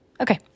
Okay